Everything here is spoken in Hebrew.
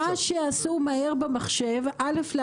מה שעשו מהר במחשב אל"ף,